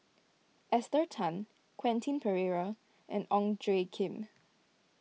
Esther Tan Quentin Pereira and Ong Tjoe Kim